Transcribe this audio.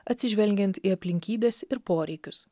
atsižvelgiant į aplinkybes ir poreikius